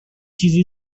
چیزی